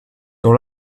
dans